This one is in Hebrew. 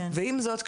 עם זאת,